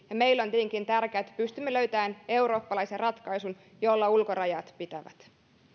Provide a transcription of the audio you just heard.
meille on tietenkin tärkeää että pystymme löytämään eurooppalaisen ratkaisun jolla ulkorajat pitävät